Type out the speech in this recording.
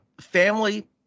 family